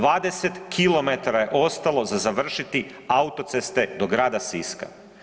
20 km je ostalo za završiti autoceste do grada Siska.